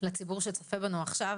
לציבור שצופה בנו עכשיו,